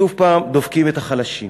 שוב דופקים את החלשים,